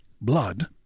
blood